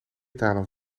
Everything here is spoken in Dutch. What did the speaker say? talen